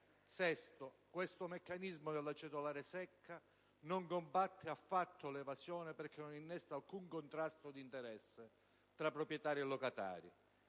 Sesto "no": questo meccanismo della cedolare secca non combatte affatto l'evasione, perché non innesta alcun contrasto di interesse tra proprietario e locatario.